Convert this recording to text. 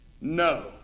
No